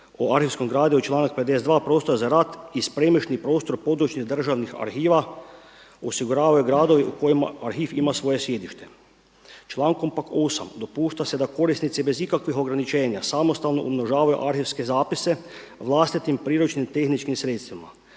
o arhivskom gradivu članak 52. prostora za rad i spremišni prostor područnih državnih arhiva, osiguravaju gradovi u kojima arhiv ima svoje sjedište. Člankom pak 8. dopušta se da korisnici bez ikakvih ograničenja samostalno umnožavaju arhivske zapise vlastitim priručnim tehničkim sredstvima.